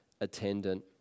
attendant